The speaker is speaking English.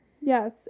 Yes